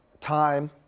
time